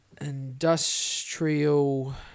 Industrial